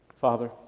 Father